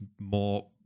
more